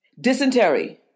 dysentery